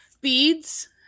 beads